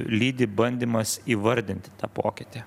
lydi bandymas įvardinti tą pokytį